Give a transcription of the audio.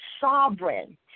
sovereign